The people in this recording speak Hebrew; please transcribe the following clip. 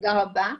תודה רבה.